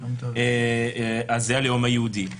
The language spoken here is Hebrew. הלאום היהודי.